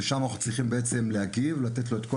ושם אנחנו צריכים בעצם לתת לו את כל